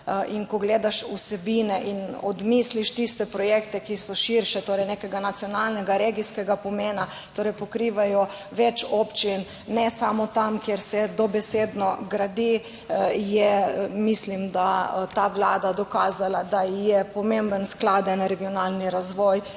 in ko gledaš vsebine in odmisliš tiste projekte, ki so širše, torej nekega nacionalnega, regijskega pomena, torej pokrivajo več občin, ne samo tam, kjer se dobesedno gradi, je, mislim, da ta Vlada dokazala, da ji je pomemben skladen regionalni razvoj